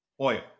oil